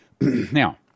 now